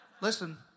Listen